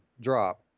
drop